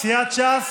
סיעת ש"ס,